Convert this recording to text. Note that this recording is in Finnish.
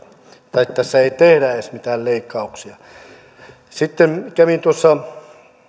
tai tässä ei edes tehdä mitään leikkauksia kävin tuossa